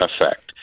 effect